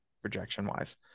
projection-wise